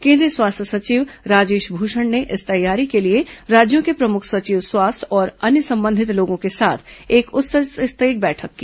केंद्रीय स्वास्थ्य सचिव राजेश भूषण ने इस तैयारी के लिए राज्यों के प्रमुख सचिव स्वास्थ्य और अन्य संबंधित लोगों के साथ एक उच्च स्तरीय बैठक की